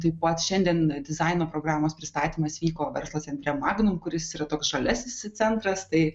taip pat šiandien dizaino programos pristatymas vyko verslo centre magnum kuris yra toks žaliasis centras tai